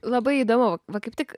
labai įdomu va kaip tik